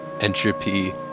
entropy